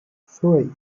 three